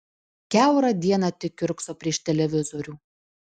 kiaurą dieną tik kiurkso prieš televizorių